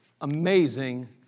amazing